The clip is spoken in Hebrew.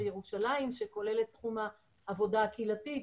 ירושלים שכולל את תחום העבודה הקהילתית,